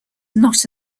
not